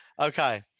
Okay